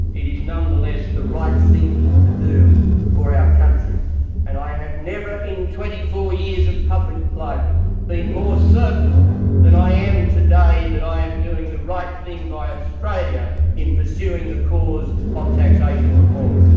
it is nonetheless the right thing to do for our country, and i have never in twenty four years of public life been more certain than i am today that i am doing the right thing by australia in pursuing the cause of taxation reform.